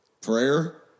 Prayer